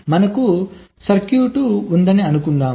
మనకు సర్క్యూట్ ఉందని అనుకుందాం